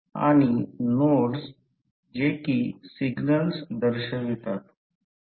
तर हे curve o g b आहे ही मध्य रेषा आहे हे ही मध्यम कर्व o g b समजा ते H पर्यंत पोहोचले आहे